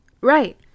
Right